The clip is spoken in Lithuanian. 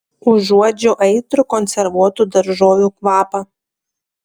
užuodžiu aitrų konservuotų daržovių kvapą